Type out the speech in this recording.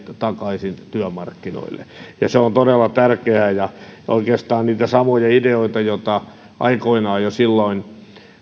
takaisin työmarkkinoille ja se on todella tärkeää oikeastaan niitä samoja ideoita joita jo silloin